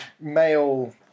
male